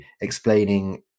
explaining